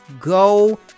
Go